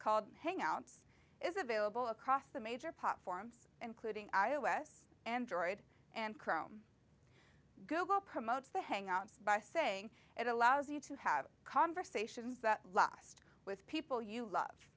called hangouts is available across the major pop forms including i o s android and chrome google promotes the hangouts by saying it allows you to have conversations that last with people you love